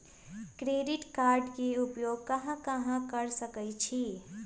Credit card के उपयोग कहां कहां कर सकईछी?